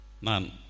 Nan